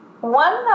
One